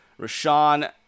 Rashawn